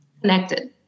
connected